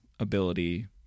ability